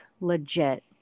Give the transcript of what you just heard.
legit